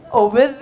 over